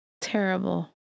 Terrible